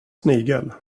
snigel